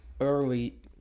early